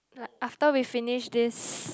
like after we finish this